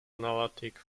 analytic